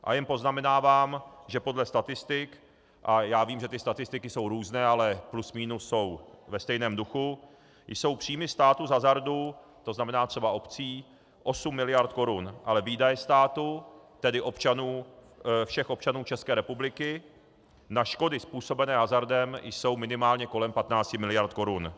A jen poznamenávám, že podle statistik, a já vím, že ty statistiky jsou různé, ale plus minus jsou ve stejném duchu, jsou příjmy státy z hazardu, tzn. třeba obcí, 8 miliard korun, ale výdaje státu, tedy všech občanů České republiky, na škody způsobené hazardem jsou minimálně kolem 15 miliard korun.